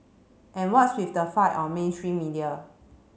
and what's with the fight on mainstream media